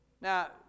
Now